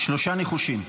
שלושה ניחושים.